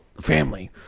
family